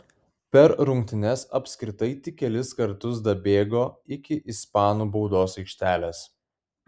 per rungtynes apskritai tik kelis kartus dabėgo iki ispanų baudos aikštelės